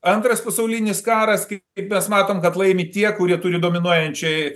antras pasaulinis karas kaip kaip mes matom kad laimi tie kurie turi dominuojančią